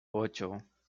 ocho